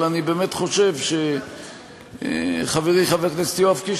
אבל אני באמת חושב שחברי חבר הכנסת יואב קיש